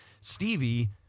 Stevie